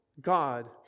God